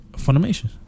Funimation